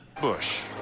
Bush